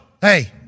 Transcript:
Hey